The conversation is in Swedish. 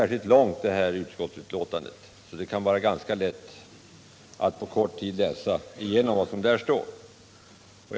Utskottsbetänkandet är inte särskilt långt, så det måste vara lätt att på kort tid läsa igenom vad som här sägs.